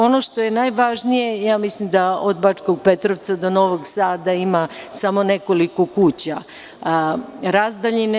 Ono što je najvažnije, mislim da od Bačkog Petrovca do Novog Sada ima samo nekoliko kuća razdaljine.